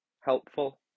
helpful